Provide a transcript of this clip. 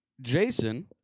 Jason